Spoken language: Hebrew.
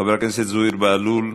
חבר הכנסת זוהיר בהלול,